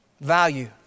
Value